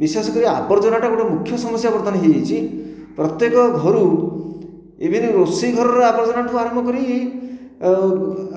ବିଶେଷ କରି ଆବର୍ଜନା ଗୋଟିଏ ମୁଖ୍ୟ ସମସ୍ୟା ବର୍ତ୍ତମାନ ହୋଇଯାଇଛି ପ୍ରତ୍ୟକ ଘରୁ ଇଭେନ ରୋଷେଇ ଘରର ଆବର୍ଜନାଠାରୁ ଆରମ୍ଭ କରି